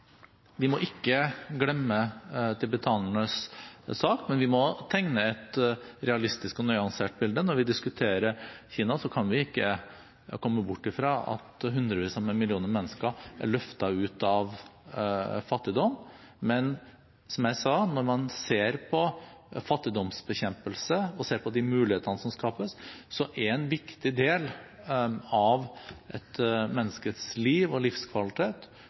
Vi må ikke glemme tibetanernes sak, men vi må tegne et realistisk og nyansert bilde. Når vi diskuterer Kina, kan vi ikke komme bort fra at hundrevis av millioner av mennesker har blitt løftet ut av fattigdom. Men, som jeg sa, når man ser på fattigdomsbekjempelse og de mulighetene som skapes, er en viktig del av et menneskes liv og livskvalitet